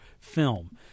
film